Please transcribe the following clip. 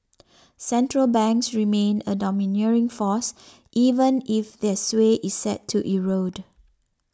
central banks remain a domineering force even if their sway is set to erode